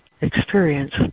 experience